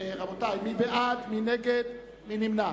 מי בעד, מי נגד, מי נמנע?